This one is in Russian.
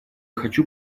хочу